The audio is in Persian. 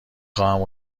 خواهم